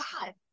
God